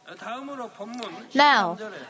Now